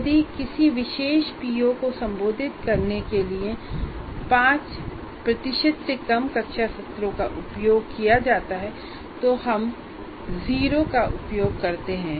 यदि किसी विशेष पीओ को संबोधित करने के लिए 5 प्रतिशत से कम कक्षा सत्रों का उपयोग किया जाता है तो हम 0 का उपयोग करते हैं